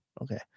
Okay